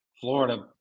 Florida